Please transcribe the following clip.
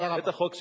בטח חוק של,